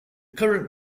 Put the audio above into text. current